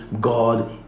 God